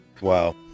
Wow